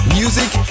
music